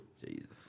Jesus